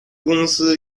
公司